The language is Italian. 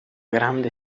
grande